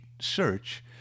search